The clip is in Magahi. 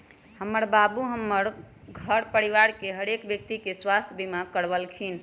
हमर बाबू हमर घर परिवार के हरेक व्यक्ति के स्वास्थ्य बीमा करबलखिन्ह